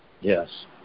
Yes